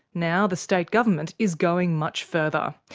now the state government is going much further.